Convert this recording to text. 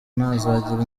ntazagire